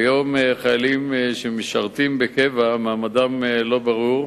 כיום חיילים שמשרתים בקבע, מעמדם לא ברור,